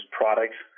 products